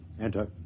enter